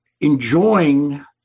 enjoying